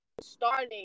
starting